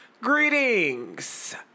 Greetings